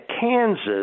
Kansas